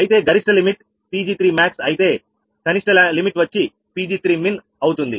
అయితే గరిష్ట limit 𝑃𝑔3max అయితే కనిష్ట లిమిట్ వచ్చి 𝑃𝑔3min అవుతుంది